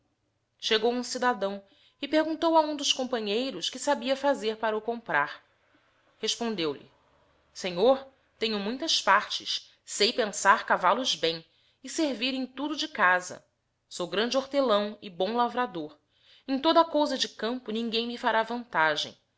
chegou hum cidadão e perguntou a hum dos companheiros que sabia fazer para o comprar res pondeo lhe senhor tenho muitas partes sei pensar cavallos bem e servir em tudo o de casa sou grande hortelão e bom lavrador e em toda a cousa de campo ninguém me fará vantagem